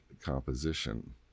composition